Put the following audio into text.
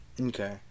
Okay